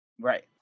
Right